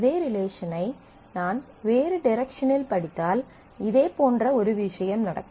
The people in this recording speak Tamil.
இதே ரிலேஷனை நான் வேறு டிரெக்ஷனில் படித்தால் இதே போன்ற ஒரு விஷயம் நடக்கும்